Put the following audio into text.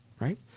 right